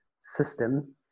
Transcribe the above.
system